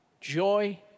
joy